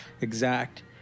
exact